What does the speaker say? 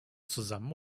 zusammen